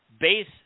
base